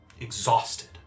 exhausted